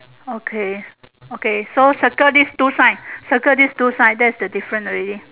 okay okay so settle this two sign settle this two sign that's the different already